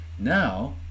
Now